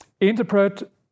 interpret